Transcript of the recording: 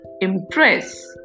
impress